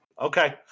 okay